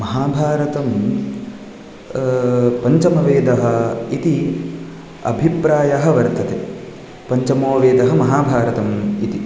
महाभारतं पञ्चमवेदः इति अभिप्रायः वर्तते पञ्चमो वेदः महाभारतम् इति